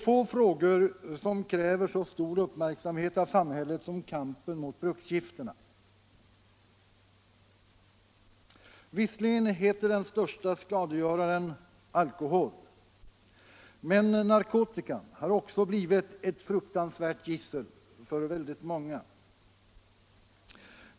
Få frågor kräver så stor uppmärksamhet av samhället som kampen mot bruksgifterna. Visserligen heter den största skadegöraren alkohol, men narkotikan har också blivit ett fruktansvärt gissel för väldigt många.